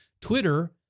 Twitter